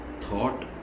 thought